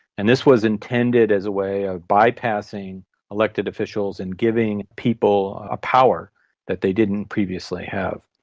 and this was intended as a way of bypassing elected officials and giving people a power that they didn't previously have.